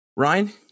Ryan